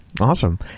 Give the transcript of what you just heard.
Awesome